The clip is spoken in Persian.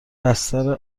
بستر